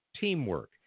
teamwork